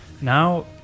Now